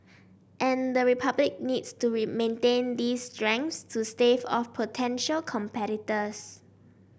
and the Republic needs to maintain these strengths to stave off potential competitors